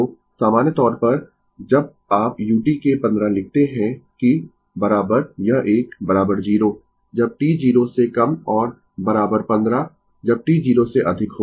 तो सामान्य तौर पर जब आप u के 15 लिखते है कि यह एक 0 जब t 0 से कम और 15 जब t 0 से अधिक हो